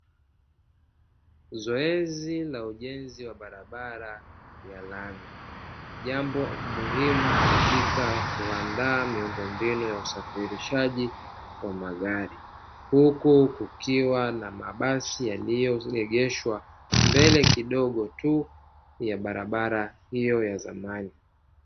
Zoezi la ujenzi wa barabara ya lami, jambo muhimu katika kuandaa miundombinu ya usafirishaji wa magari, huku kukiwa na mabasi yaliyoegeshwa mbele kidogo tu ya barabara hiyo ya zamani.